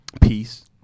peace